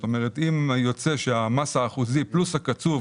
זאת אומרת, אם יוצא שהמס האחוזי פלוס הקצוב